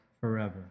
forever